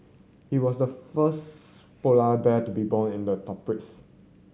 he was the first polar bad be born in the tropics